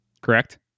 Correct